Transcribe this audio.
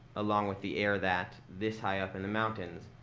along with the air that, this high up in the mountains,